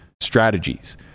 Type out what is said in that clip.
strategies